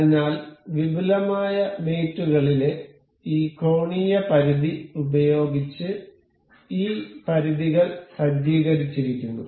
അതിനാൽ വിപുലമായ മേറ്റ് കളിലെ ഈ കോണീയ പരിധി ഉപയോഗിച്ച് ഈ പരിധികൾ സജ്ജീകരിച്ചിരിക്കുന്നു